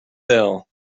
bell